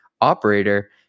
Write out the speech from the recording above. operator